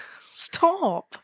Stop